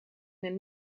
een